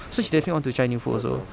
so she definitely want to try new food also